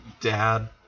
Dad